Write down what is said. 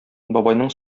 бабайның